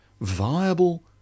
viable